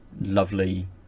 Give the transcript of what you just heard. lovely